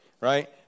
Right